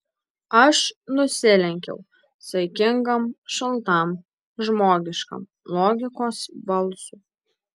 aš nusilenkiau saikingam šaltam žmogiškam logikos balsui